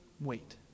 wait